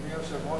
אדוני היושב-ראש,